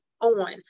on